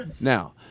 Now